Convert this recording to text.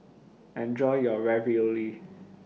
Enjoy your Ravioli